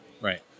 right